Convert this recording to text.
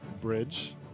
bridge